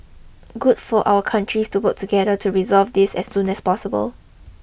good for our countries to work together to resolve this as soon as possible